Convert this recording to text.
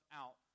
out